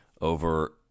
over